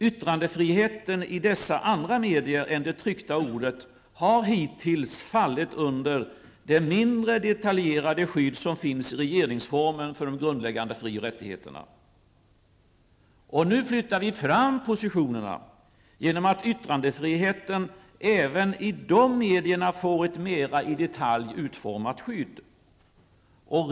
Yttrandefriheten i dessa andra medier än det tryckta ordet har hittills fallit under det mindre detaljerade skydd som finns i regeringsformen för de grundläggande fri och rättigheterna. Nu flyttar vi fram positionerna genom att yttrandefriheten får ett mer i detalj utformat skydd även i de medierna.